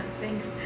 thanks